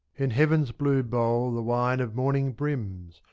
in heaven's blue bowl the wine of morning brims,